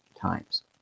times